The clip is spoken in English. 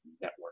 Network